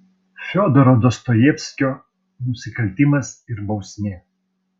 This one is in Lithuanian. fiodoro dostojevskio nusikaltimas ir bausmė